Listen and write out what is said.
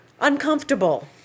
uncomfortable